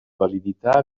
validità